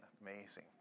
amazing